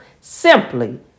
simply